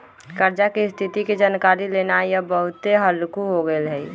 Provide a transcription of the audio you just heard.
कर्जा की स्थिति के जानकारी लेनाइ अब बहुते हल्लूक हो गेल हइ